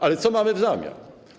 Ale co mamy w zamian?